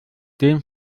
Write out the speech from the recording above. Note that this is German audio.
den